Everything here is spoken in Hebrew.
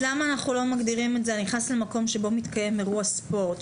אז למה אנחנו לא מגדירים את זה: הנכנס למקום שבו מתקיים אירוע ספורט,